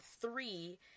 three